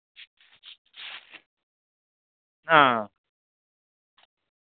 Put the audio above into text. ᱦᱮᱸ